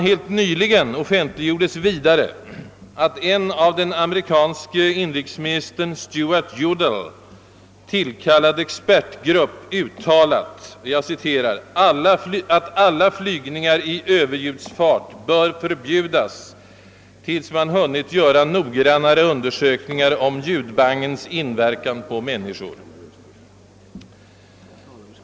Helt nyligen offentliggjordes vidare att en av den amerikanske inrikesministern Stewart Udalls tillkallad expertgrupp uttalat att alla flygningar i överljudsfart över landområden bör förbjudas tills man har hunnit göra noggrannare undersökningar av Ööverljudsbangens inverkan på människor.